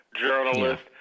journalist